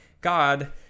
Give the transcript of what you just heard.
God